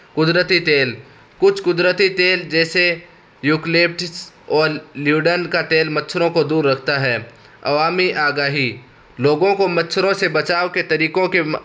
قدرتی تیل کچھ قدرتی تیل جیسے یوکلیپٹس اور لیوڈرن کا تیل مچھروں کو دور رکھتا ہے عوامی آگاہی لوگوں کو مچھروں سے بچاؤ کے طریقوں کے